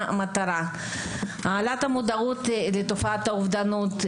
מטרה להעלות את המודעות לתופעת האובדנות,